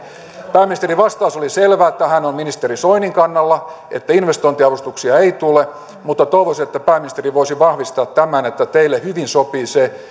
pääministerin vastaus oli selvä hän on ministeri soinin kannalla että investointiavustuksia ei tule mutta toivoisin että pääministeri voisi vahvistaa tämän että teille hyvin sopii se